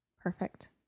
perfect